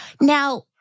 Now